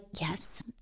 Yes